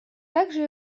также